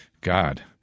God